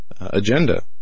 agenda